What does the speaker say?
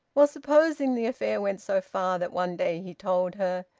well, supposing the affair went so far that one day he told her.